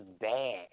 bad